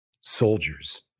soldiers